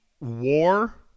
war